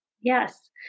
Yes